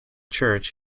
church